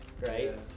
right